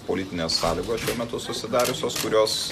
politinės sąlygos šiuo metu susidariusios kurios